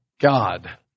God